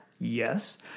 Yes